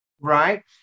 right